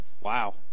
Wow